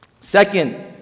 Second